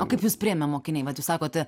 o kaip jus priėmė mokiniai vat jūs sakot